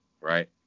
right